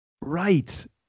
right